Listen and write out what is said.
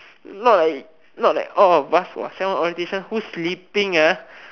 not like not like all of us !wah! orientation who sleeping ah